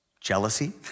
jealousy